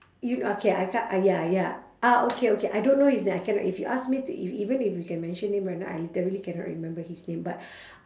you okay I ca~ ya ya ah okay okay I don't know his name I cannot if you ask me to if even you can mention him right now I literally cannot remember his name but